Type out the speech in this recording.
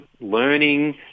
learning